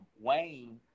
Wayne